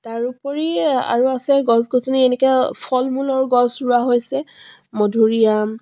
তাৰোপৰি আৰু আছে গছ গছনি এনেকৈ ফল মূলৰ গছ ৰোৱা হৈছে মধুৰিআম